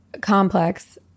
complex